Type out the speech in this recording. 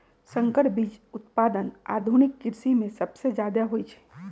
संकर बीज उत्पादन आधुनिक कृषि में सबसे जादे होई छई